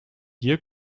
wir